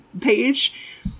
page